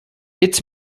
its